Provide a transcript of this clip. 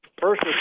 first